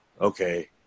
okay